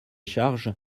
charges